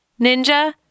Ninja